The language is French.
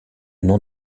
nom